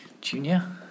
Junior